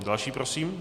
Další prosím.